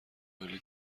عالی